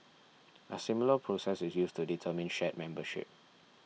a similar process is used to determine shard membership